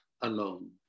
alone